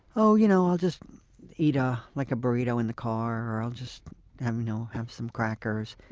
so you know i'll just eat a like burrito in the car, or i'll just have you know have some crackers.